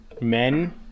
men